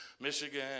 Michigan